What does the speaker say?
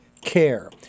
care